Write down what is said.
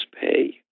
pay